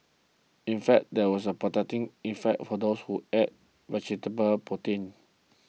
in fact there was a protecting effect for those who ate vegetable protein